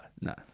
no